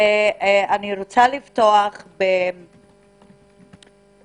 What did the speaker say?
אני רוצה לפתוח באיימן